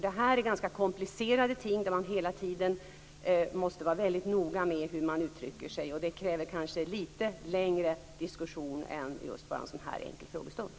Det här är ganska komplicerade ting där man hela tiden måste vara väldigt noga med hur man uttrycker sig. Det kräver kanske lite längre diskussion än vad man kan ha i en sådan här enkel frågestund.